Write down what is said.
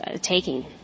taking